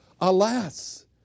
Alas